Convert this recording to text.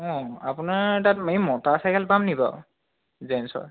অঁ আপোনাৰ তাত এই মতাৰ চাইকেল পাম নি বাৰু জেন্ছৰ